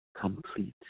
complete